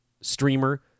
streamer